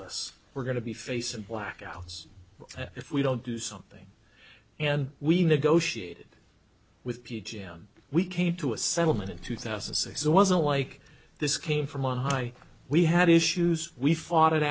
us we're going to be facing blackouts if we don't do something and we negotiated with ph and we came to a settlement in two thousand and six it wasn't like this came from on high we had issues we fought it